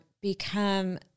become